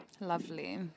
lovely